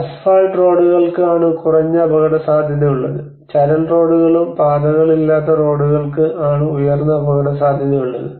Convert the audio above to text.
asphalt റോഡുകൾക്ക് ആണ് കുറഞ്ഞ അപകടസാധ്യതയുള്ളത് ചരൽ റോഡുകളും പാതകളില്ലാത്ത റോഡുകൾക്ക് ആണ് ഉയർന്ന അപകടസാധ്യതയുള്ളത്